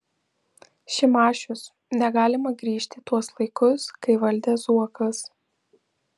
šimašius negalima grįžti į tuos laikus kai valdė zuokas